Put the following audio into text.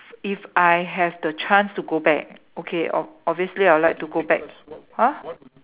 if I have the chance to go back okay o~ obviously I would like to go back !huh!